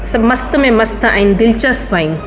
सभु मस्त में मस्त आनिहि दिलचस्पु आहिनि